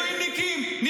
מילואימניקים -- מאיפה הכסף?